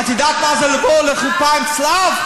את יודעת מה זה לבוא לחופה עם צלב?